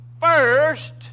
first